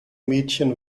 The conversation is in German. mädchen